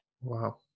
Wow